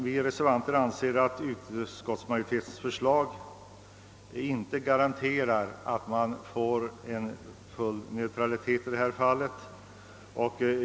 Vi reservanter anser att utskottsmajoritetens förslag inte garanterar att man får full neutralitet i detta fall.